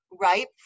ripe